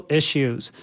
issues